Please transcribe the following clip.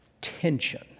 tension